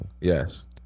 Yes